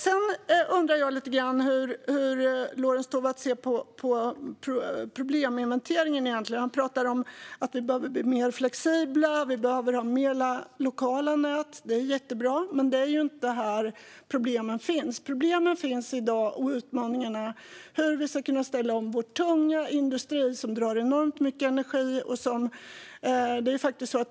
Jag undrar hur Lorentz Tovatt ser på probleminventeringen. Han pratade om att vi behöver bli mer flexibla och att fler lokala nät behövs. Det är jättebra, men det är inte där problemen finns. I dag finns problemen och utmaningarna i hur vi ska kunna ställa om vår tunga industri, som drar enormt mycket energi.